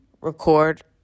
record